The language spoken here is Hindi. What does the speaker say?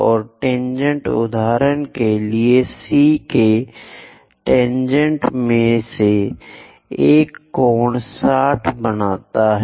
और टेनजेंट उदाहरण के लिए C के टेनजेंट में से एक कोण 60 बनाता है